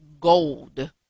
gold